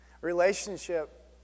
Relationship